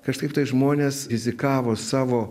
kažkaip tai žmonės rizikavo savo